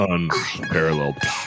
Unparalleled